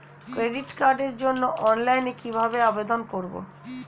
Credit কার্ডের জন্য অফলাইনে কিভাবে আবেদন করব?